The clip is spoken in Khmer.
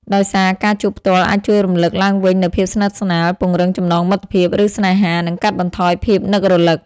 លើសពីនេះ យើងត្រូវទៅលេងគ្នាឲ្យបានញឹកញាប់តាមដែលអាចធ្វើបាន។